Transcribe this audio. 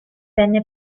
venne